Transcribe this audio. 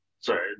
Sorry